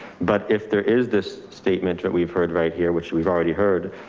but if there is this statement that we've heard right here, which we've already heard,